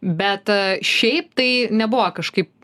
bet šiaip tai nebuvo kažkaip